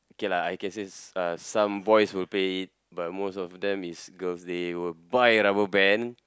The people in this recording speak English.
K lah I can say s~ uh some boys will play but most of them is girls they will buy rubber band